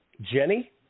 Jenny